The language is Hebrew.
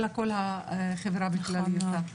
אלא כל החברה בכלליותה.